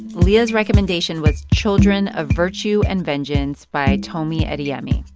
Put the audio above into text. leah's recommendation was children of virtue and vengeance by tomi adeyemi,